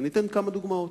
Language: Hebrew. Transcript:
אני אתן כמה דוגמאות.